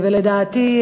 ולדעתי,